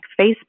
Facebook